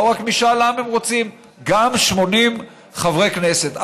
לא רק משאל עם הם רוצים, גם 80 חברי כנסת.